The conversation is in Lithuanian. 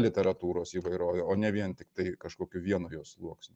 literatūros įvairovė o ne vien tiktai kažkokiu vienu jos sluoksniu